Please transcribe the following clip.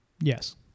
Yes